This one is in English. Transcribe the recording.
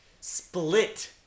Split